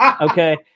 Okay